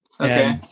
Okay